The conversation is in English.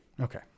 Okay